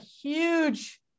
huge